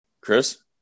Chris